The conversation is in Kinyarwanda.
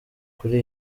kuri